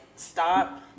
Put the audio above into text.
stop